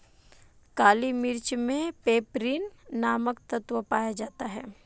काली मिर्च मे पैपरीन नामक तत्व पाया जाता है